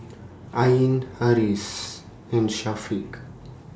Ain Harris and Syafiq